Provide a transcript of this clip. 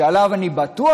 שאני בטוח,